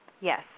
Yes